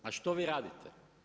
A što vi radite?